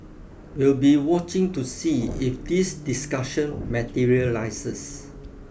we'll be watching to see if this discussion materialises